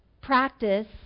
practice